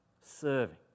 serving